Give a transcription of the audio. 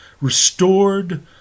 restored